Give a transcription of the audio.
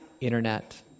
internet